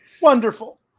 Wonderful